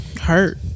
hurt